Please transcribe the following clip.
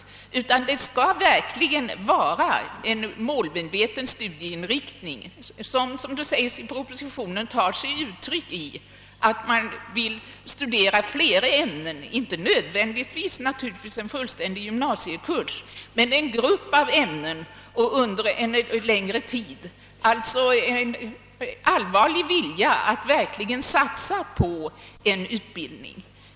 Här skall det verkligen vara fråga om en målmedveten studieinriktning vilken — som det sägs i propositionen — tar sig uttryck i att man vill studera, inte nödvändigtvis en fullständig gymnasiekurs men en grupp av ämnen under en längre tid. Det krävs alltså en allvarlig vilja att verkligen satsa på en utbildning.